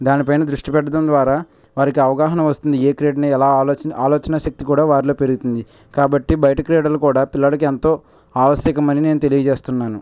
దాని పైన దృష్టి పెట్టడం ద్వారా వారికి అవగాహన వస్తుంది ఏ క్రీడను ఎలా ఆలోచ ఆలోచనా శక్తి కూడా వారిలో పెరుగుతుంది కాబట్టి బయట క్రీడలు కూడా పిల్లాడికెంతో ఆవశ్యకమని నేను తెలియజేస్తున్నాను